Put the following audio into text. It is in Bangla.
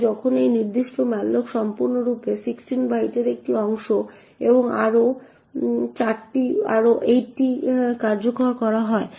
তাই যখন এই নির্দিষ্ট malloc সম্পূর্ণরূপে 16 বাইটের একটি অংশ এবং আরও 8টি কার্যকর করা হয়